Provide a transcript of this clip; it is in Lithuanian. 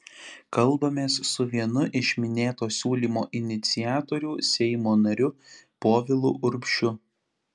kalbamės su vienu iš minėto siūlymo iniciatorių seimo nariu povilu urbšiu